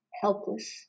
Helpless